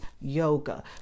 yoga